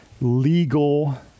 legal